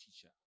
teacher